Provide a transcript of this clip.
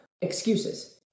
excuses